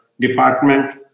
department